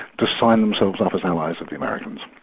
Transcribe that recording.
to sign themselves up as allies of the americans,